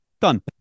Done